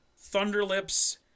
Thunderlips